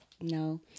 No